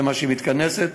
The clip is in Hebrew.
זה מספר הפעמים שהיא מתכנסת,